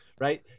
Right